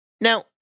Now